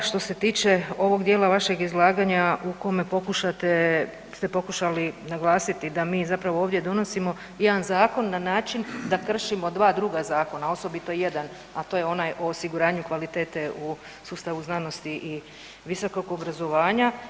Što se tiče ovog dijela vašeg izlaganja u kome ste pokušali naglasiti da mi zapravo ovdje donosimo jedan zakon na način da kršimo dva druga zakona, osobito jedan, a to je onaj o osiguranju kvalitete u sustavu znanosti i visokog obrazovanja.